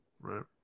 right